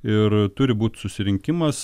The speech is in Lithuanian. ir turi būt susirinkimas